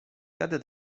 jadę